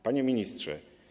Panie Ministrze!